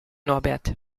norbert